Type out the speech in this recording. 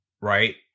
Right